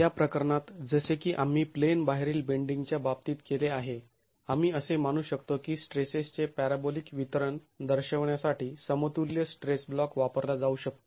या प्रकरणात जसे की आम्ही प्लेन बाहेरील बेंडींगच्या बाबतीत केले आहे आम्ही असे मानू शकतो की स्ट्रेसेसचे पॅराबोलीक वितरण दर्शवण्यासाठी समतुल्य स्ट्रेस ब्लॉक वापरला जाऊ शकतो